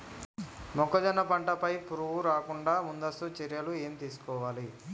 మొక్కజొన్న పంట పై పురుగు రాకుండా ముందస్తు చర్యలు ఏం తీసుకోవాలి?